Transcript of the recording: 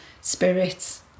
spirits